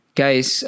guys